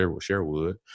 Sherwood